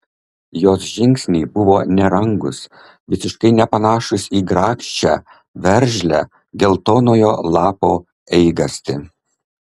jos žingsniai buvo nerangūs visiškai nepanašūs į grakščią veržlią geltonojo lapo eigastį